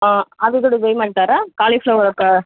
అది కూడా వేయమంటారా కాలి ఫ్లవర్ ఒక